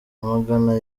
amagana